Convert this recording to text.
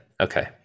Okay